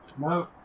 No